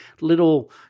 little